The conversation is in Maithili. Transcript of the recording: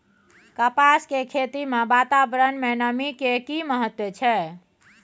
कपास के खेती मे वातावरण में नमी के की महत्व छै?